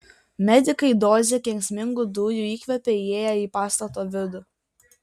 medikai dozę kenksmingų dujų įkvėpė įėję į pastato vidų